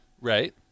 Right